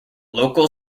local